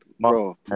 Bro